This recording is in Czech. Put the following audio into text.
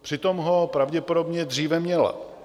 Přitom ho pravděpodobně dříve měla.